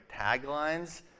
taglines